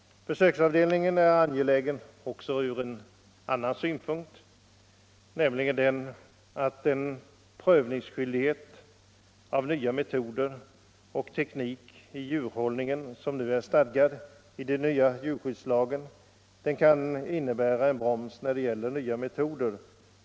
Försöksavdelningen är angelägen också ur en annan synpunkt. Den förprövningsskyldighet av nya metoder och teknik i djurhållningen som nu är stadgad i nya djurskyddslagen kan innebära en broms när det gäller nya metoder.